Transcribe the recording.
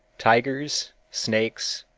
tigers, snakes,